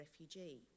refugee